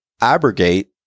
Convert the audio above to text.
abrogate